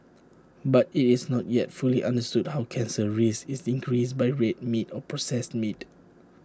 but IT is not yet fully understood how cancer risk is increased by red meat or processed meat